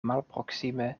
malproksime